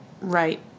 Right